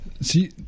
See